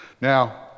Now